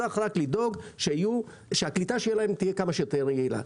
צריך לדאוג שהקליטה שלהם תהיה כמה שיותר יעילה,